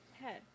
head